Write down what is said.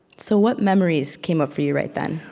so what memories came up for you right then?